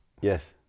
Yes